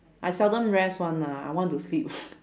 I seldom rest one lah I want to sleep